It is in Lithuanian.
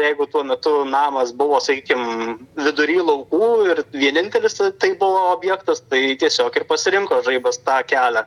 jeigu tuo metu namas buvo sakykim vidury laukų ir vienintelis tas tai buvo objektas tai tiesiog ir pasirinko žaibas tą kelią